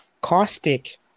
Caustic